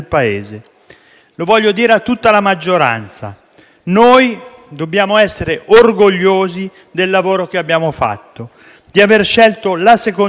Lo voglio dire a tutta la maggioranza: dobbiamo essere orgogliosi del lavoro che abbiamo fatto, di aver scelto la seconda strada,